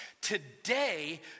Today